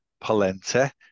polenta